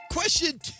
Question